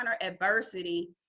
adversity